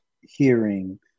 hearing